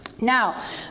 now